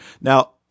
Now